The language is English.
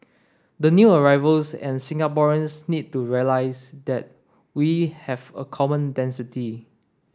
the new arrivals and Singaporeans need to realise that we have a common density